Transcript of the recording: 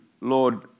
Lord